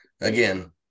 Again